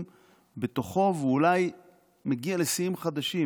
בתוכו והוא אולי מגיע לשיאים חדשים,